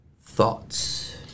thoughts